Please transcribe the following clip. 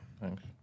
Thanks